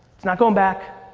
it's not going back,